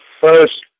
first